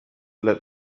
let